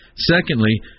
Secondly